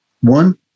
One